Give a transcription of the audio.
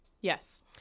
Yes